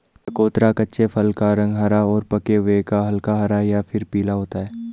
चकोतरा कच्चे फल का रंग हरा और पके हुए का हल्का हरा या फिर पीला होता है